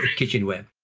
kitchenware.